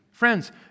Friends